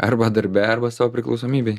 arba darbe arba savo priklausomybėj